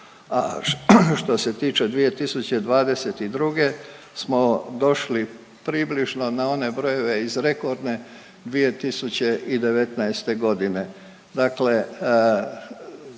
Što se tiče 2022. smo došli približno na one brojeve iz rekordne 2019. g.